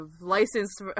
licensed